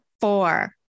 Four